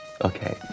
Okay